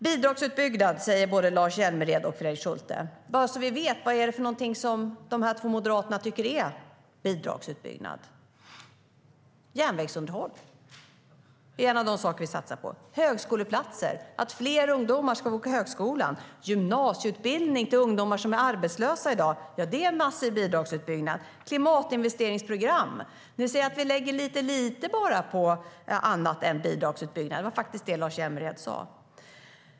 Bidragsutbyggnad, säger både Lars Hjälmered och Fredrik Schulte. Bara så att vi vet: Vad är det för något de två moderaterna tycker är bidragsutbyggnad? Järnvägsunderhåll är en av de saker vi satsar på. Vi satsar på högskoleplatser så att fler ungdomar ska kunna gå på högskolan. Vi satsar på gymnasieutbildning för ungdomar som är arbetslösa. Ja, det är massiva bidragsutbyggnader. Vi har också klimatinvesteringsprogram, det vill säga vi lägger bara lite, lite på annat än bidragsutbyggnad. Det var faktiskt det Lars Hjälmered sa.